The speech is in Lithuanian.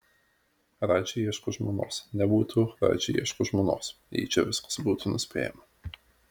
radži ieško žmonos nebūtų radži ieško žmonos jei čia viskas būtų nuspėjama